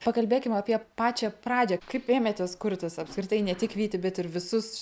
pakalbėkim apie pačią pradžią kaip ėmėtės kurtis apskritai ne tik vytį bet ir visus